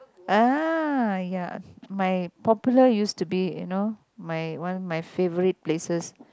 ah ya my popular used to be you know my one of my favourite places